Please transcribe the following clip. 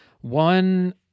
one